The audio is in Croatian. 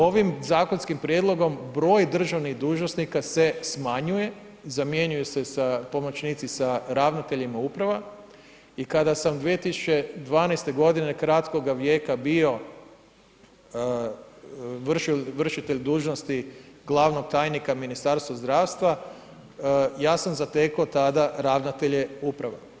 Ovom zakonskim prijedlogom broj državnih dužnosnika se smanjuje, zamjenjuju se pomoćnici sa ravnateljima uprava i kada sam 2012. godine kratkoga vijeka bio vršitelj dužnosti glavnog tajnika Ministarstva zdravstva ja sam zateko tada ravnatelje uprava.